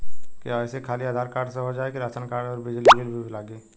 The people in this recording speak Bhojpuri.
के.वाइ.सी खाली आधार कार्ड से हो जाए कि राशन कार्ड अउर बिजली बिल भी लगी?